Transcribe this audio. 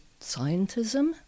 scientism